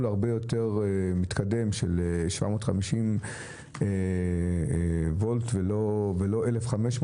הרבה יותר מתקדם של 750 וולט ולא 1,500,